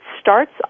starts